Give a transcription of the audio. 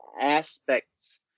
aspects